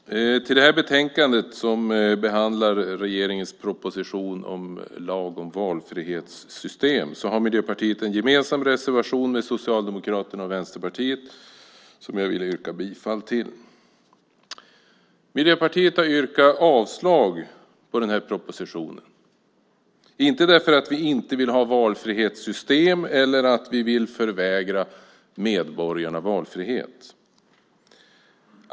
Herr talman! Till det här betänkandet, som behandlar regeringens proposition om lag om valfrihetssystem, har Miljöpartiet en gemensam reservation med Socialdemokraterna och Vänsterpartiet som jag vill yrka bifall till. Miljöpartiet har yrkat avslag på propositionen, men inte därför att vi inte vill ha valfrihetssystem eller att vi vill förvägra medborgarna valfrihet.